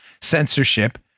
censorship